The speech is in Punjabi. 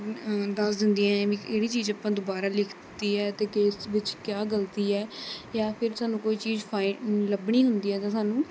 ਦੱਸ ਦਿੰਦੀਆਂ ਹੈ ਵੀ ਕਿਹੜੀ ਚੀਜ਼ ਆਪਾਂ ਦੁਬਾਰਾ ਲਿਖ ਤੀ ਹੈ ਅਤੇ ਕਿਸ ਵਿੱਚ ਕਿਆ ਗ਼ਲਤੀ ਹੈ ਜਾਂ ਫ਼ਿਰ ਸਾਨੂੰ ਕੋਈ ਚੀਜ਼ ਫਾਇੰਡ ਲੱਭਣੀ ਹੁੰਦੀ ਹੈ ਤਾਂ ਸਾਨੂੰ